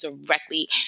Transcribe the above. directly